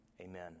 Amen